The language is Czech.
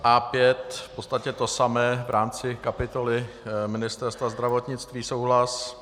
A5, v podstatě to samé v rámci kapitoly Ministerstva zdravotnictví. Souhlas.